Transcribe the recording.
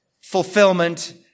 fulfillment